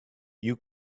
you